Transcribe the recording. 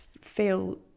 feel